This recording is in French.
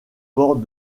port